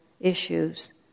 issues